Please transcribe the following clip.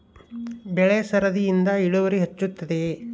ಬೆಳೆ ಸರದಿಯಿಂದ ಇಳುವರಿ ಹೆಚ್ಚುತ್ತದೆಯೇ?